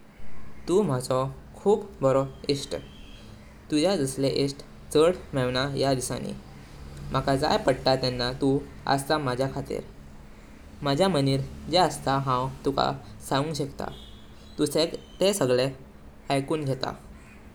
तू माझो खूप बरो ईष्ट। तुझा झालेलें ईष्ट छाड मेवणया दीसानी। माका जाई पडता तेन्ना तू असता माजा खातीर। माझा मनीर जे असता हांव तुका सांगूं शक्ता, तू ते सगळें आइकून घेतां।